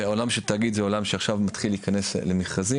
והעולם של תאגיד זה עולם שעכשיו מתחיל להיכנס למכרזים.